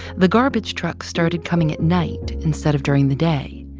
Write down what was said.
the garbage trucks started coming at night instead of during the day.